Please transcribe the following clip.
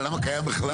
למה קיים בכלל?